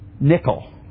nickel